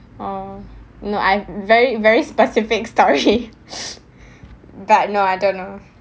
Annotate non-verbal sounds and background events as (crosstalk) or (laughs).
oh no I very very specific story (laughs) but no I don't know